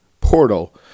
portal